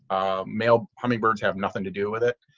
male hummingbirds have nothing to do with it